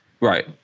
right